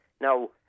Now